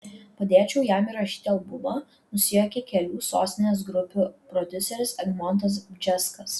padėčiau jam įrašyti albumą nusijuokė kelių sostinės grupių prodiuseris egmontas bžeskas